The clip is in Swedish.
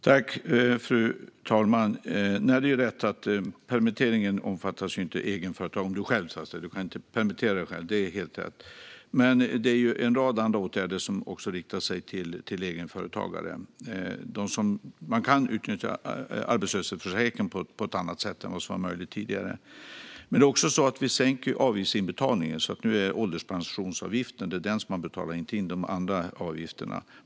Fru talman! Det är helt rätt - permitteringen omfattar inte egenföretagare. Man kan inte permittera sig själv. Men en rad andra åtgärder riktar sig även till egenföretagare. Man kan utnyttja arbetslöshetsförsäkringen på ett annat sätt än vad som var möjligt tidigare. Det är också så att vi sänker avgiftsinbetalningen. Nu är det ålderspensionsavgiften som man betalar in, inte de andra avgifterna.